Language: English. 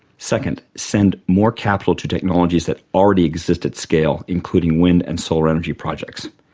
second, send more capital to technologies that already exist at scale including wind and solar energy projects.